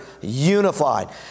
unified